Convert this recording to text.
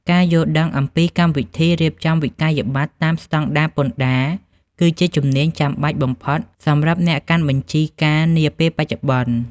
ការយល់ដឹងអំពីកម្មវិធីរៀបចំវិក្កយបត្រតាមស្តង់ដារពន្ធដារ គឺជាជំនាញចាំបាច់បំផុតសម្រាប់អ្នកកាន់បញ្ជីការនាពេលបច្ចុប្បន្ន។